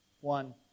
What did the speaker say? One